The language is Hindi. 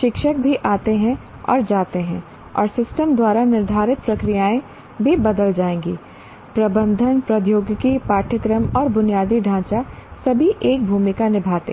शिक्षक भी आते हैं और जाते हैं और सिस्टम द्वारा निर्धारित प्रक्रियाएं भी बदल जाएंगी प्रबंधन प्रौद्योगिकी पाठ्यक्रम और बुनियादी ढांचा सभी एक भूमिका निभाते हैं